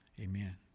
amen